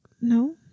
No